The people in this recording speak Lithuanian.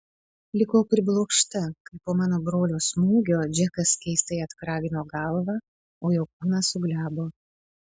likau priblokšta kai po mano brolio smūgio džekas keistai atkragino galvą o jo kūnas suglebo